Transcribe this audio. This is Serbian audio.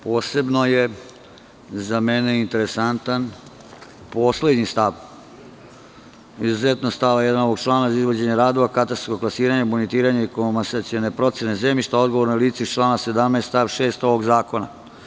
Posebno je za mene interesantan poslednji stav - izuzetno od stava 1. ovog člana: za izvođenje radova katastarskog klasiranja, montiranja i komasacione procene zemljišta odgovorno je lice iz člana 17. stav 6. ovog zakona.